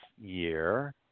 year